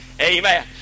Amen